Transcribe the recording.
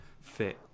fit